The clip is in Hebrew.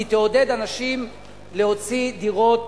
היא תעודד אנשים להוציא דירות